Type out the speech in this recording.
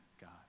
God